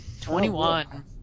Twenty-one